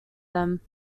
them